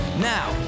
Now